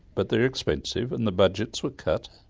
but they're expensive and the budgets were cut.